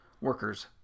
workers